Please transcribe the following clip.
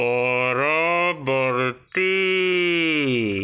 ପରବର୍ତ୍ତୀ